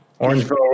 Orangeville